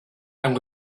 and